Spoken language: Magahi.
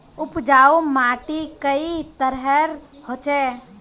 उपजाऊ माटी कई तरहेर होचए?